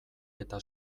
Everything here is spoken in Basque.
eta